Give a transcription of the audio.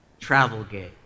Travelgate